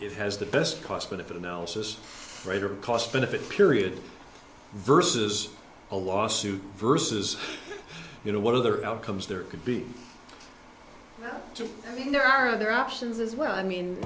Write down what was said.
it has the best cost benefit analysis right or cost benefit period versus a lawsuit versus you know one of their outcomes there could be i mean there are other options as well i mean